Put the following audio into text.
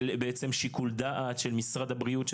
של בעצם שיקול דעת של משרד הבריאות,